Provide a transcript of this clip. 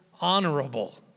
Honorable